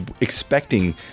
expecting